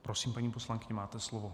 Prosím, paní poslankyně, máte slovo.